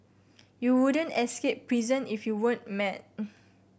you wouldn't escape prison if you weren't mad